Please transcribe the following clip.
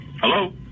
Hello